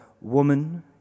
Woman